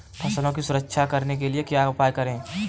फसलों की सुरक्षा करने के लिए क्या उपाय करें?